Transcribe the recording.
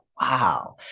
wow